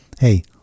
hey